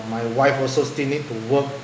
and my wife also still need to work